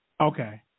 Okay